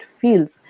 feels